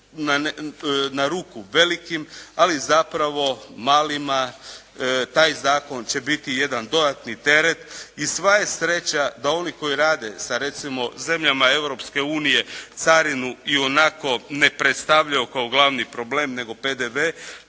na ruku velikim, ali zapravo malima taj zakon će biti jedan dodatni teret i sva je sreća da oni koji rade sa, recimo zemljama Europske unije carinu ionako ne predstavljaju kao glavni problem, nego PDV,